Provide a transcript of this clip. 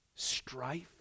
strife